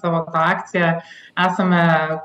savo tą akciją esame